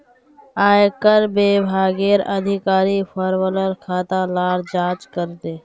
आयेकर विभागेर अधिकारी फार्मर खाता लार जांच करले